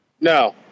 No